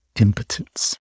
impotence